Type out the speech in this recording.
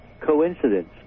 coincidence